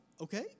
Okay